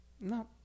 No